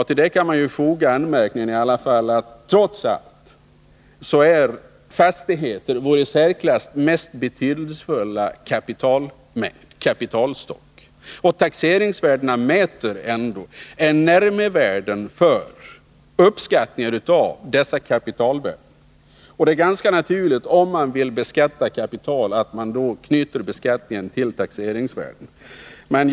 Till det kan man i alla fall foga anmärkningen att fastigheterna trots allt är vår i särklass mest betydelsefulla kapitalstock. Och taxeringsvärdena utgör ändå en uppskattning av dessa kapitalvärden. Och det är ganska naturligt att knyta beskattningen till taxeringsvärdet, om man nu vill beskatta kapital.